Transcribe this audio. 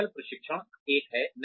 कौशल प्रशिक्षण एक है